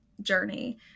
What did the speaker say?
journey